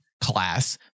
class